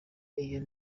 iyo